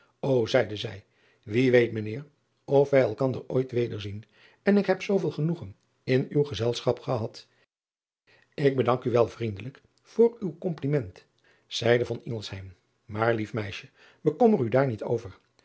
ch zeide zij wie weet mijn eer of wij elkander ooit wederzien en ik heb zooveel genoegen in uw gezelschap gehad k bedank u wel vriendelijk voor uw kompliment zeide maar lief meisje bekommer u daar niet over